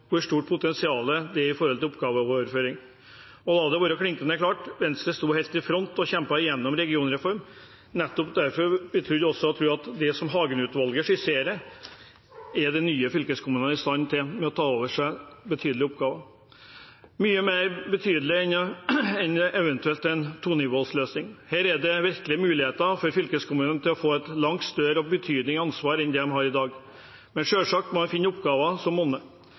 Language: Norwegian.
hvor stort potensial det er med hensyn til oppgaveoverføring. Og la det være klinkende klart: Venstre sto helt i front og kjempet gjennom en regionreform. Nettopp derfor trodde og tror vi også at det som Hagen-utvalget skisserer, det er de nye fylkeskommunene i stand til – å ta over betydelige oppgaver, mye mer betydelige enn ved en eventuell tonivåløsning. Her er det virkelig muligheter for fylkeskommunen til å få et langt større og mer betydelig ansvar enn det de har i dag. Men man må selvsagt finne oppgaver som monner.